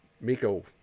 Miko